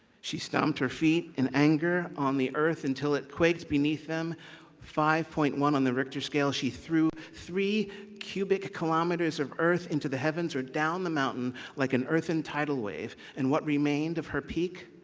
she stomped her feet in anger on the earth until it quaked beneath them five point one on the richter scale. she threw three cubic kilometers of earth into the heavens or down the mountain like an earthen tidal wave. and what remained of her peak,